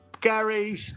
Gary